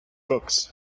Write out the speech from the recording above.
books